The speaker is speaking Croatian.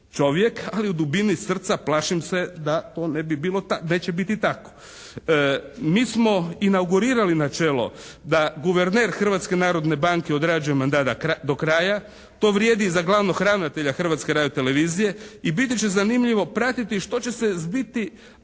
ali u dubini srca plašim se da to ne bi bilo, neće biti tako. Mi smo inaugurirali da guverner Hrvatske narodne banke odrađuje mandat do kraja. To vrijedi i za glavnog ravnatelja Hrvatske radiotelevizije. I biti će zanimljivo pratiti što će se zbiti